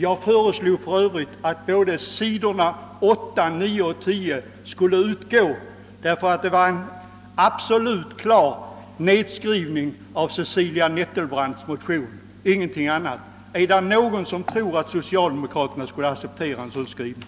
Jag föreslog för övrigt att sidorna 8, 9 och 10 i utkastet till utlåtande skulle utgå, därför att texten på dessa sidor innebar en klar avskrivning av fru Nettelbrandts m.fl. motion. Är det någon som tror att socialdemokraterna skulle acceptera en sådan skrivning?